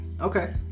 Okay